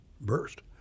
burst